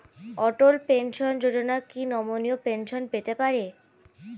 অটল pension Yojana কি নমনীয় pension পেতে পারে?